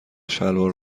شلوار